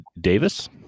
Davis